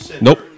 Nope